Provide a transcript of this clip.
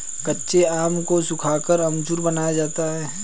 कच्चे आम को सुखाकर अमचूर बनाया जाता है